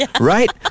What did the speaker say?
Right